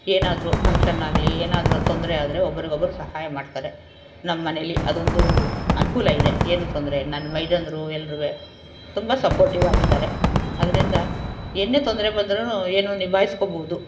ಏನಾದರೂ ಫಂಕ್ಷನ್ನಾಗಲಿ ಏನಾದರೂ ತೊಂದರೆ ಆದರೆ ಒಬ್ಬರಿಗೊಬ್ರು ಸಹಾಯ ಮಾಡ್ತಾರೆ ನಮ್ಮ ಮನೇಲಿ ಅದೊಂದು ಅನುಕೂಲ ಇದೆ ಏನೂ ತೊಂದರೆಯಿಲ್ಲ ನನ್ನ ಮೈದಂದಿರು ಎಲ್ರೂ ತುಂಬ ಸಪೋರ್ಟಿವಾಗಿದ್ದಾರೆ ಆದ್ದರಿಂದ ಏನೇ ತೊಂದರೆ ಬಂದ್ರೂ ಏನು ನಿಭಾಯಿಸ್ಕೊಬೋದು